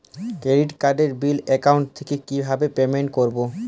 Credit কার্ডের bill account থেকে কিভাবে পেমেন্ট করবো?